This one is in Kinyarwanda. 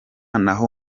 naho